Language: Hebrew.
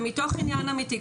זה מתוך עניין אמיתי.